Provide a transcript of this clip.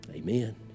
Amen